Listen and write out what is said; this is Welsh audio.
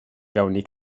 fewni